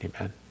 amen